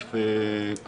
חשוב לציין את זה.